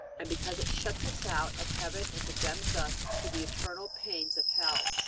and because it shuts us out of heaven and condemns us to the eternal pains of hell.